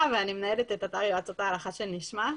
ואני מנהלת את אתר יועצות ההלכה "נשמת".